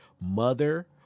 mother